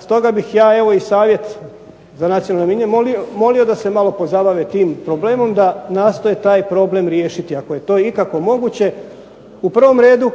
Stoga bih ja, evo i savjet za nacionalne manjine, molio da se malo pozabave tim problemom, da nastoje taj problem riješiti ako je to ikako moguće u prvom redu